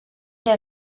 der